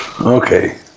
okay